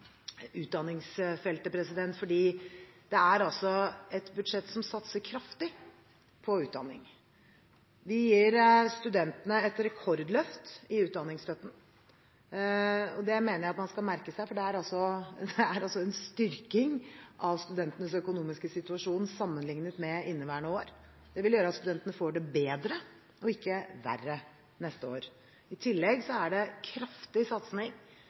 utdanningsstøtten. Det mener jeg man skal merke seg, for det er altså en styrking av studentenes økonomiske situasjon, sammenliknet med inneværende år. Det vil føre til at studentene får det bedre og ikke verre neste år. I tillegg er det en kraftig satsing